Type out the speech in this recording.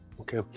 Okay